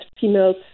females